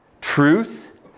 truth